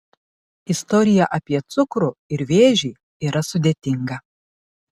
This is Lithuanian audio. istorija apie cukrų ir vėžį yra sudėtinga